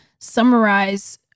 summarize